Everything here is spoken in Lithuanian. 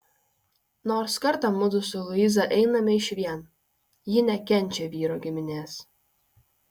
nors kartą mudu su luiza einame išvien ji nekenčia vyro giminės